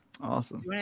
awesome